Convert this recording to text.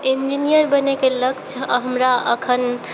engineer बनैके लक्ष्य अऽ हमरा अखन